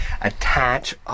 attach